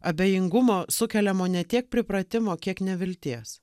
abejingumo sukeliamo ne tiek pripratimo kiek nevilties